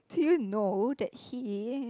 do you know that he